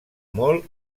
molt